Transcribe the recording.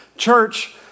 Church